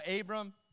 Abram